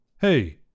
Hey